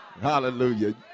Hallelujah